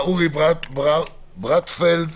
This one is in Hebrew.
אורי ברטפלד,